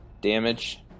damage